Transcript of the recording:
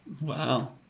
Wow